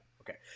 Okay